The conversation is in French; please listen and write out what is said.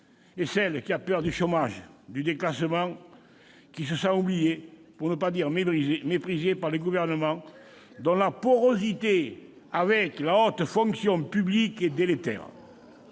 et celle qui a peur du chômage, du déclassement social, qui se sent oubliée, pour ne pas dire méprisée, par les gouvernants, dont la porosité avec la haute fonction publique est délétère